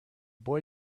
boy